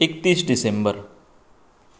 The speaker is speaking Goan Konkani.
एकतीस डिसेंबर